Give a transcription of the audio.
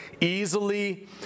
easily